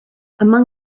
among